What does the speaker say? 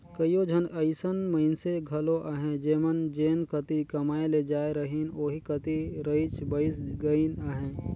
कइयो झन अइसन मइनसे घलो अहें जेमन जेन कती कमाए ले जाए रहिन ओही कती रइच बइस गइन अहें